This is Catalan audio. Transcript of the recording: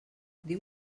diu